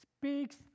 speaks